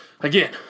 Again